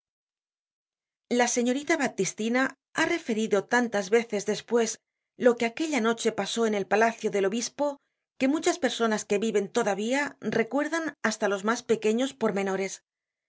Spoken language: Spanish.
la señorita baptistina ha referido tantas veces despues lo que aquella noche pasó en el palacio del obispo que muchas personas que viven todavía recuerdan hasta los mas pequeños pormenores